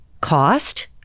cost